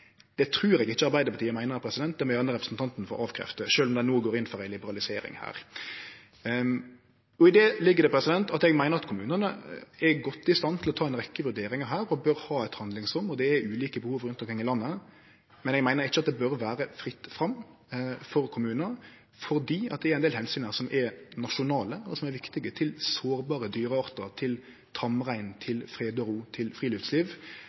Det trur eg ikkje Arbeidarpartiet meiner. Det må gjerne representanten få avkrefte, sjølv om dei no går inn for ei liberalisering her. I det ligg det at eg meiner at kommunane er godt i stand til å ta ei rekkje vurderingar her og bør ha eit handlingsrom, og det er ulike behov rundt omkring i landet. Men eg meiner ikkje at det bør vere fritt fram for kommunar, fordi det er ein del nasjonale omsyn her, og som er viktige, til sårbare dyreartar, til tamrein, til fred og ro, til friluftsliv.